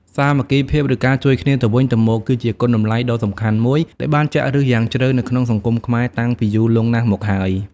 សាមគ្គីភាព ឬការជួយគ្នាទៅវិញទៅមក គឺជាគុណតម្លៃដ៏សំខាន់មួយដែលបានចាក់ឫសយ៉ាងជ្រៅនៅក្នុងសង្គមខ្មែរតាំងពីយូរលង់ណាស់មកហើយ។